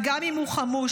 וגם אם הוא חמוש,